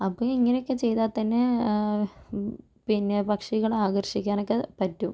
അപ്പം ഇത് ഇങ്ങനെയൊക്കെ ചെയ്താൽ തന്നെ പിന്നെ പക്ഷികളെ ആകർഷിക്കാനൊക്കെ പറ്റും